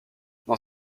dans